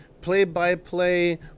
play-by-play